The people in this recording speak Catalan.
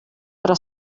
però